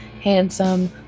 handsome